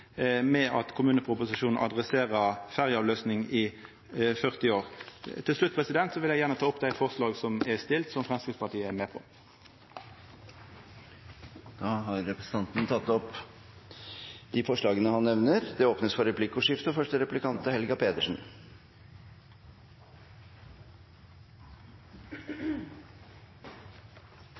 kysten at kommuneproposisjonen adresserer ferjeavløysing i 40 år. Til slutt vil eg ta opp dei forslaga som Framstegspartiet er med på. Da har representanten tatt opp de forslagene han refererte til. Det åpnes for replikkordskifte.